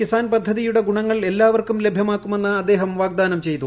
കിസാൻ പദ്ധതിയുടെ ഗുണങ്ങൾ എല്ലാവർക്കും ലഭ്യമാക്കുമെന്ന് അദ്ദേഹം വാഗ്ദാനം ചെയ്തു